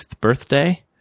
birthday